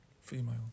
female